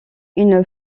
une